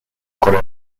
corea